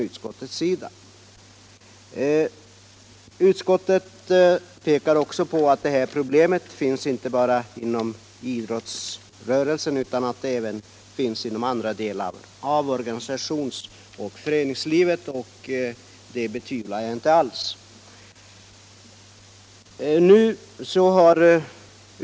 Utskottet framhåller också att problemet finns inte bara inom idrottsrörelsen utan även i andra delar av organisationsoch föreningslivet, och det betvivlar jag inte alls.